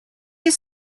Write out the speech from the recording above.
you